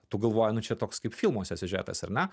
tu galvoji nu čia toks kaip filmuose siužetas ar ne